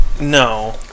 No